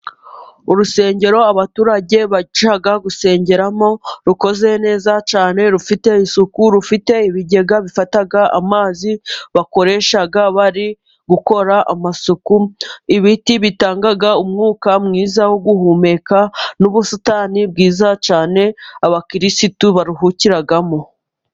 Urusengero abaturage bajya gusengeramo rukoze neza cyane, rufite isuku, rufite ibigega bifata amazi bakoresha bari gukora amasuku, ibiti bitanga umwuka mwiza wo guhumeka, n'ubusitani bwiza cyane abakirisitu baruhukiramo.